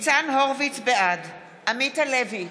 בעד עמית הלוי,